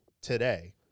today